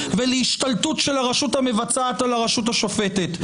ולהשתלטות של הרשות המבצעת על הרשות השופטת,